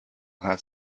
has